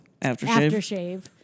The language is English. aftershave